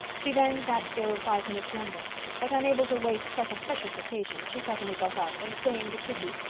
she then sat still five minutes longer but unable to waste such a precious occasion, she suddenly got up, and saying to kitty,